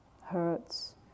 hurts